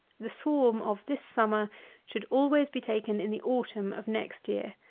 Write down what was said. the swarm of this summer should always be taken in the autumn of next year.